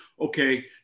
okay